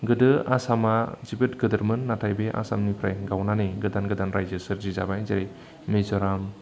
गोदो आसामा जोबोद गिदिरमोन नाथाय बे आसामनिफ्राय गावनानै गोदान गोदान रायजो सोरजि जाबाय जेरै मिज'राम